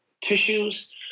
tissues